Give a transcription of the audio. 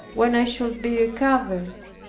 when i should be recovered.